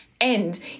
end